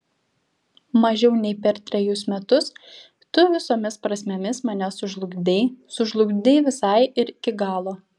mažiau nei per trejus metus tu visomis prasmėmis mane sužlugdei sužlugdei visai ir iki galo